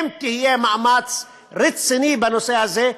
אם יהיה מאמץ רציני בנושא הזה,